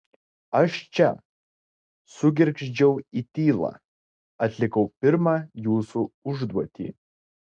aš čia sugergždžiau į tylą atlikau pirmą jūsų užduotį